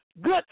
Good